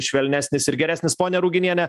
švelnesnis ir geresnis ponia ruginiene